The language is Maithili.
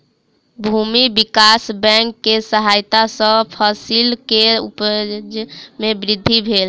भूमि विकास बैंक के सहायता सॅ फसिल के उपज में वृद्धि भेल